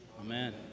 Amen